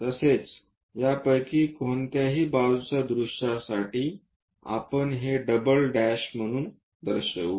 तसेच यापैकी कोणत्याही बाजूच्या दृश्य साठी आपण हे डबल ' म्हणून दर्शवू